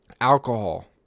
alcohol